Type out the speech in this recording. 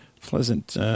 pleasant